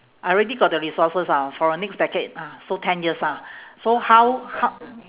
I already got the resources ah for a next decade ah so ten years ah so how how